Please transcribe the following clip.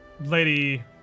Lady